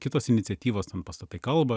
kitos iniciatyvos ten pastatai kalba